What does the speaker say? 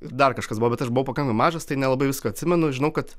ir dar kažkas buvo bet aš buvau pakankamai mažas tai nelabai viską atsimenu žinau kad